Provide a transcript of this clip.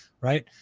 right